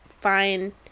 fine